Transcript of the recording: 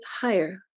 higher